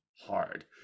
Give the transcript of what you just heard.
hard